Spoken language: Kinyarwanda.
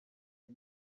ayo